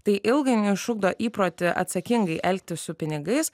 tai ilgainiui išugdo įprotį atsakingai elgtis su pinigais